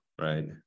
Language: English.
right